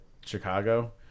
Chicago